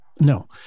No